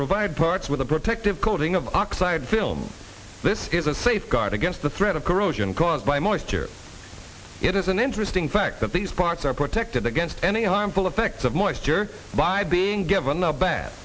provide parts with a protective coating of oxide film this is a safeguard against the threat of corrosion caused by moisture it is an interesting fact that these parts are protected against any harmful effects of moisture by being given the bat